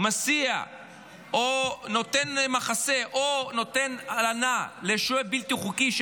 מסיע או נותן מחסה או נותן הלנה לשוהה בלתי חוקי עם